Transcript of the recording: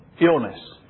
illness